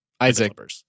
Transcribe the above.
Isaac